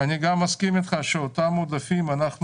אני גם מסכים איתך שאותם עודפים אנחנו